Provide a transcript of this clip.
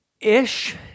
Ish